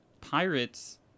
Pirates